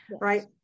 right